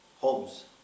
homes